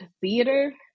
theater